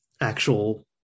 actual